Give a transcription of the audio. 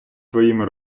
своїми